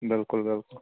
بِلکُل بِلکُل